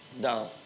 down